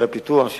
ערי הפיתוח,